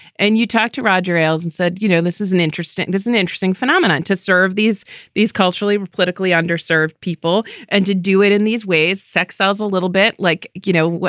and you talk to roger ailes and said, you know, this is an interesting that's an interesting phenomenon to serve these these culturally, politically underserved people and to do it in these ways. sex sells a little bit like, you know,